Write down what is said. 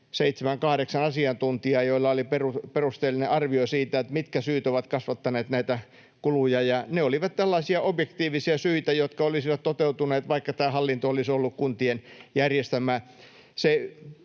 asiantuntijaa, joilla oli perusteellinen arvio siitä, mitkä syyt ovat kasvattaneet näitä kuluja. Ne olivat tällaisia objektiivisia syitä, jotka olisivat toteutuneet, vaikka tämä hallinto olisi ollut kuntien järjestämää.